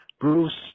Bruce